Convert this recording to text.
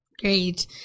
Great